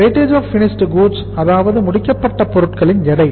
weightage of finished goods அதாவது முடிக்கப்பட்ட பொருட்களின் எடை